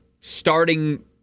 starting